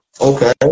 Okay